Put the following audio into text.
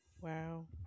Wow